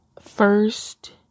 First